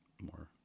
more